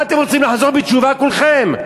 מה, אתם רוצים לחזור בתשובה כולכם?